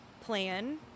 plan